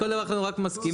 על כל דבר אנחנו רק מסכימים,